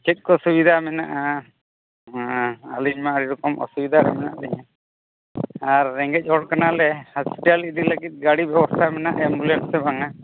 ᱪᱮᱫ ᱠᱚ ᱥᱩᱵᱤᱫᱷᱟ ᱢᱮᱱᱟᱜᱼᱟ ᱟᱹᱞᱤᱧᱢᱟ ᱟᱹᱰᱤ ᱨᱚᱠᱚᱢ ᱚᱥᱩᱵᱤᱫᱷᱟ ᱨᱮ ᱢᱮᱱᱟᱜ ᱞᱤᱧᱟᱹ ᱟᱨ ᱨᱮᱸᱜᱮᱡ ᱦᱚᱲ ᱠᱟᱱᱟᱞᱮ ᱦᱚᱸᱥᱯᱤᱴᱟᱞ ᱤᱫᱤᱞᱟᱹᱜᱤᱫ ᱜᱟᱹᱰᱤ ᱵᱮᱵᱚᱥᱛᱷᱟ ᱢᱮᱱᱟᱜᱼᱟ ᱮᱢᱵᱩᱞᱮᱱᱥ ᱥᱮ ᱵᱟᱝᱟ